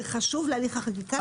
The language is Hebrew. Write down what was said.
זה חשוב להליך החקיקה.